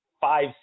five